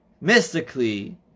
mystically